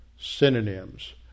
synonyms